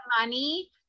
money